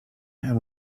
and